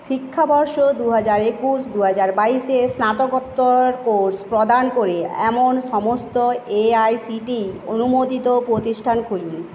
শিক্ষাবর্ষ দু হাজার একুশ দু হাজার বাইশে স্নাতকোত্তর কোর্স প্রদান করে এমন সমস্ত এআইসিটিই অনুমোদিত প্রতিষ্ঠান খুঁজুন